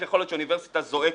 איך יכול להיות שאוניברסיטה זועקת,